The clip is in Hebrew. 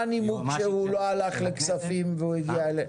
מה הנימוק שהוא לא הלך לכספים והוא הגיע אלינו?